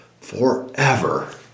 forever